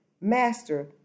Master